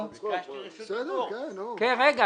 רועי,